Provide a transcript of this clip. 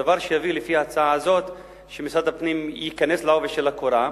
דבר שיביא לפי ההצעה הזאת לכך שמשרד הפנים ייכנס בעובי הקורה,